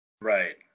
right